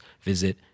visit